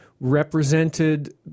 represented